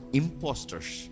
imposters